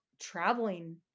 traveling